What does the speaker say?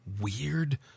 weird